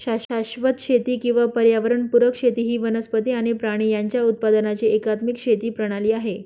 शाश्वत शेती किंवा पर्यावरण पुरक शेती ही वनस्पती आणि प्राणी यांच्या उत्पादनाची एकात्मिक शेती प्रणाली आहे